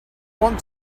want